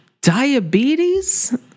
diabetes